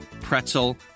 pretzel